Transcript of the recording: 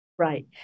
Right